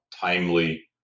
timely